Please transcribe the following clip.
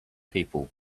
people